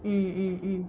mm mm mm